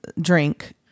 drink